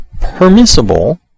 permissible